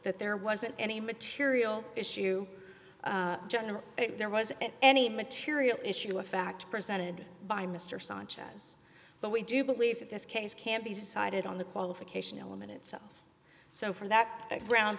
that there wasn't any material issue general there was any material issue of fact presented by mr sanchez but we do believe that this case can be decided on the qualification element itself so from that background